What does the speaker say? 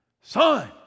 Son